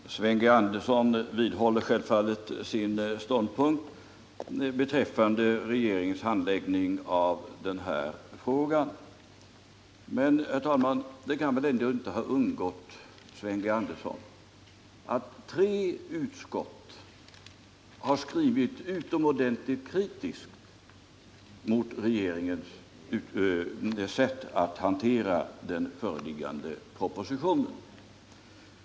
Herr talman! Sven G. Andersson vidhåller självfallet sin ståndpunkt beträffande regeringens handläggning av den här frågan. Men det kan väl ändå inte ha undgått Sven G. Andersson att tre utskott har skrivit utomordentligt kritiskt om regeringens sätt att hantera den föreliggande propositionen.